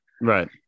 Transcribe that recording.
Right